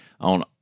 On